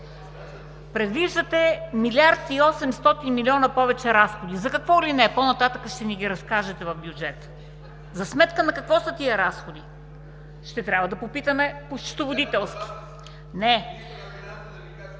Предвиждате милиард и осемстотин милиона повече разходи – за какво ли не. По-нататък ще ни ги разкажете в бюджета. За сметка на какво са тези разходи? Ще трябва да попитаме счетоводител.